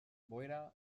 boira